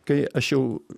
kai aš jau